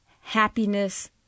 happiness